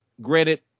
Granted